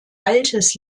altes